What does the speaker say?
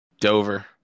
Dover